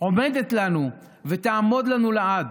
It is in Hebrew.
עומדת לנו ותעמוד לנו לעד.